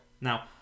Now